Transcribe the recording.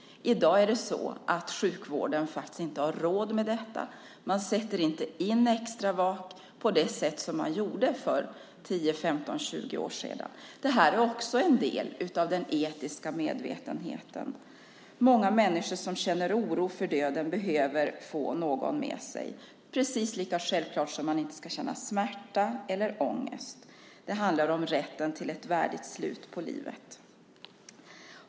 I dag är det så att sjukvården faktiskt inte har råd med detta. Man sätter inte in extravak på det sätt som man gjorde för 10-20 år sedan. Det här är också en del av den etiska medvetenheten. Många människor som känner oro för döden behöver få någon med sig. Det är lika självklart som att man inte ska känna smärta eller ångest. Det handlar om ett värdigt slut på livet.